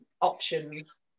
options